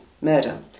murder